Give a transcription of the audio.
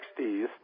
60s